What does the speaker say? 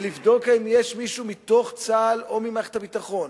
ולבדוק אם יש מישהו מתוך צה"ל או ממערכת הביטחון